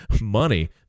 money